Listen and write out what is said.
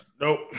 Nope